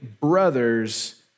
Brothers